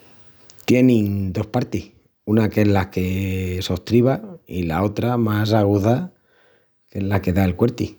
Tienin dos partis, una que es la que sostriba i la otra, más aguzá, que es la que da el cuerti.